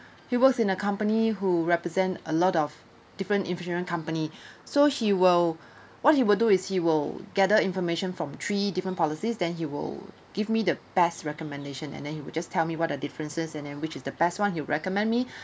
he was in a company who represent a lot of different insurance company so he will what he will do is he will gather information from three different policies than he will give me the best recommendation and then he will just tell me what the differences and then which is the best one he will recommend me